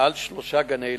מעל שלושה גני-ילדים.